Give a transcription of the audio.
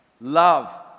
Love